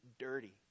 dirty